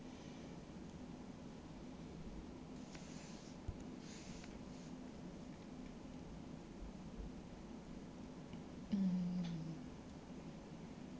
mm